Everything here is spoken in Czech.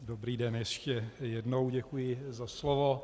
Dobrý den ještě jednou, děkuji za slovo.